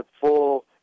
full